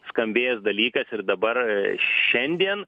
skambėjęs dalykas ir dabar šiandien